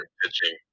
pitching